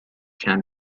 can